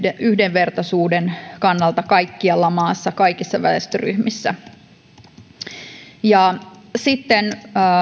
yhdenvertaisuuden kannalta kaikkialla maassa kaikissa väestöryhmissä sitten